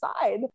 side